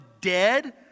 dead